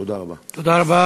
תודה רבה.